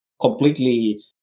completely